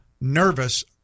nervous